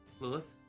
Lilith